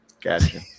Gotcha